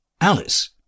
Alice